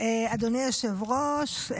אדוני היושב-ראש,